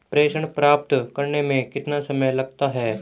प्रेषण प्राप्त करने में कितना समय लगता है?